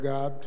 God